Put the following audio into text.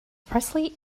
presley